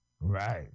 Right